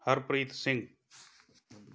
Harpreet Singh